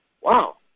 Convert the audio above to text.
Wow